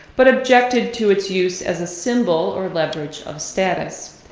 but objected to its use as a symbol or leverage of status.